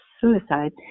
suicide